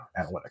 analytics